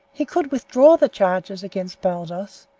he could withdraw the charges against baldos,